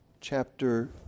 chapter